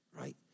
right